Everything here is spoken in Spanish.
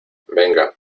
venga